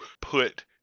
put